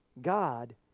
God